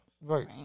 Right